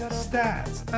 stats